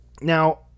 Now